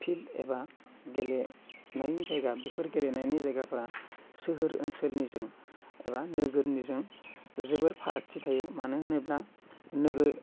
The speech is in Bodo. फिल्ड एबा गेलेनायनि जायगा बिफोर गेलेनायनि जायगाफ्रा सोहोर ओनसोलनिजों एबा नोगोरनिजों जोबोद फारागथि थायो मानो होनोब्ला नोगोर